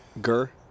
Gur